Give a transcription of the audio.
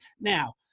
Now